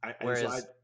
whereas